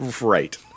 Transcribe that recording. Right